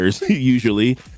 usually